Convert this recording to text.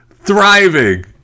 thriving